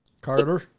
Carter